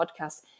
podcast